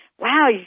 wow